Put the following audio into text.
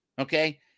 okay